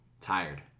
Tired